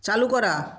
চালু করা